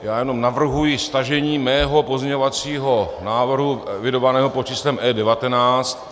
Já jenom navrhuji stažení svého pozměňovacího návrhu evidovaného pod číslem E19.